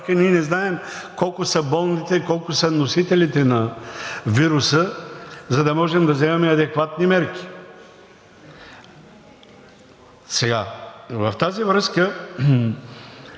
ние не знаем колко са болните и колко са носителите на вируса, за да можем да вземем адекватни мерки. В тази връзка,